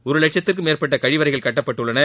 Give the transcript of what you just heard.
ஒரு லட்சத்திற்கும் மேற்பட்ட கழிவறைகள் கட்டப்பட்டுள்ளன